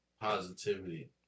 positivity